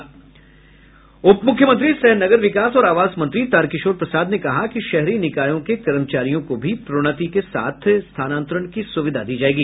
उप मुख्यमंत्री सह नगर विकास और आवास मंत्री तारकिशोर प्रसाद ने कहा कि शहरी निकायों के कर्मचारियों को भी प्रोन्नति के साथ स्थानांतरण की सुविधा दी जायेगी